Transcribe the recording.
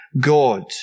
God